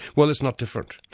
well, it's not different.